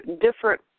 different